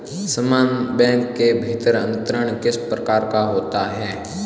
समान बैंक के भीतर अंतरण किस प्रकार का होता है?